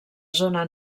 zona